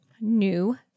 new